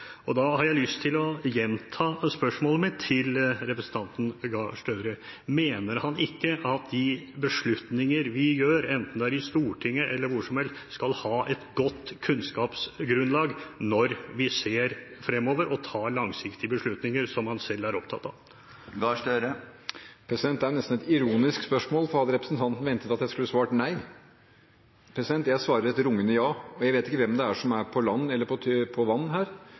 Da har jeg lyst til å gjenta spørsmålet mitt til representanten Gahr Støre: Mener han ikke at de beslutninger vi gjør – enten det er i Stortinget eller hvor som helst – skal ha et godt kunnskapsgrunnlag når vi ser fremover og tar langsiktige beslutninger, som han selv er opptatt av? Det er nesten et ironisk spørsmål, for hadde representanten ventet at jeg skulle svart nei? Jeg svarer et rungende ja, og jeg vet ikke hvem det er som er på land eller på vann her